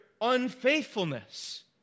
unfaithfulness